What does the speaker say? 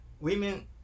women